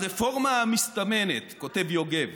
הרפורמה המסתמנת", כותב יוגב,